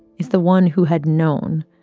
is the one who had known,